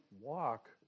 walk